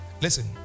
Listen